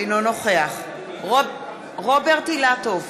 אינו נוכח רוברט אילטוב,